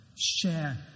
share